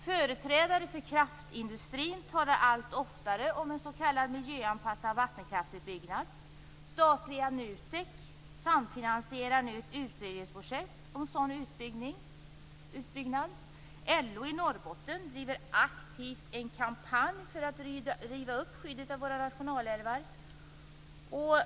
Företrädare för kraftindustrin talar allt oftare om en s.k. miljöanpassad vattenkraftsutbyggnad. Statliga NUTEK samfinansierar nu ett projekt för en sådan utbyggnad. LO i Norrbotten driver aktivt en kampanj för att riva upp skyddet av våra nationalälvar.